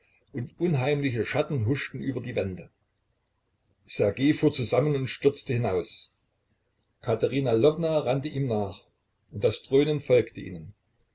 und unheimliche schatten huschten über die wände ssergej fuhr zusammen und stürzte hinaus katerina lwowna rannte ihm nach und das dröhnen folgte ihnen